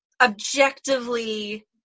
objectively